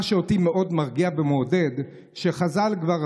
מה שאותי מאוד מרגיע ומעודד הוא שחז"ל כבר